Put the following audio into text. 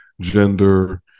gender